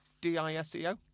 D-I-S-E-O